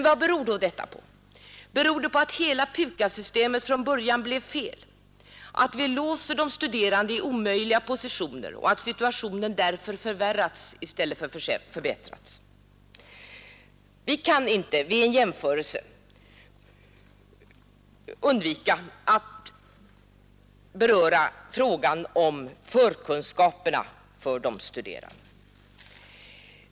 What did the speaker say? Vad beror då detta på? Beror det på att hela PUKAS-systemet från början blev fel, att vi låser de studerande i omöjliga positioner och att situationen därför förvärrats i stället för att förbättras? Vi kan vid en jämförelse inte undvika att beröra frågan om de studerandes förkunskaper.